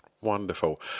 Wonderful